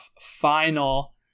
final